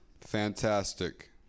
Fantastic